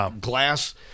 Glass